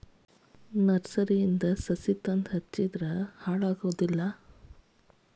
ನರ್ಸರಿವಳಗಿ ಸಸಿಗಳನ್ನಾ ತಂದ ಹಚ್ಚಿದ್ರ ಹುಸಿ ಹೊಗುದಿಲ್ಲಾ